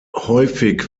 häufig